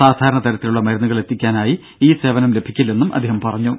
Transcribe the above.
സാധാരണ തരത്തിലുള്ള മരുന്നുകൾ എത്തിക്കാനായി ഈ സേവനം ലഭിക്കില്ലെന്ന് അദ്ദേഹം പറഞ്ഞു